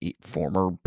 former